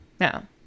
No